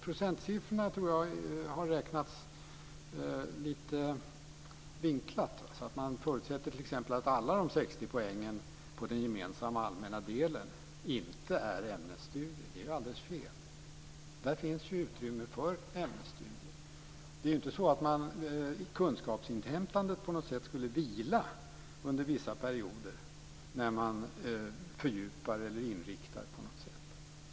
Procentsiffrorna tror jag har räknats lite vinklat. Man förutsätter t.ex. att alla de 60 poängen på den gemensamma allmänna delen inte är ämnesstudier. Det är ju alldeles fel. Där finns utrymme för ämnesstudier. Det är inte så att man i kunskapsinhämtandet på något sätt ska vila under vissa perioder när man fördjupar sig eller inriktar sig.